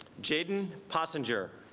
jaden passenger